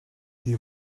the